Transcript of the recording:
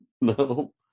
no